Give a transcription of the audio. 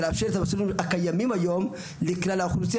להמשיך את המסלולים הקיימים היום לכלל האוכלוסייה,